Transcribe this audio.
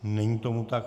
Není tomu tak.